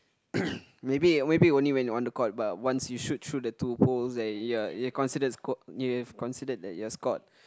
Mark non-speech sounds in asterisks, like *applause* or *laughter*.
*coughs* maybe maybe only when on the court but once you shoot through the two holes that you're you're considered score you have considered that you are scored